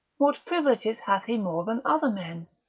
what privileges hath he more than other men?